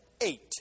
eight